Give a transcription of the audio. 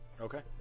Okay